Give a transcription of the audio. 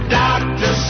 doctor